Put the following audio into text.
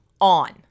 on